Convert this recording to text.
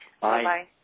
Bye-bye